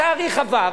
התאריך עבר,